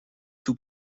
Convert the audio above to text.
tout